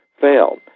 fail